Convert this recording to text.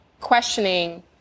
questioning